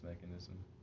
mechanism